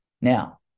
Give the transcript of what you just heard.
Now